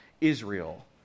Israel